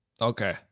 Okay